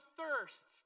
thirst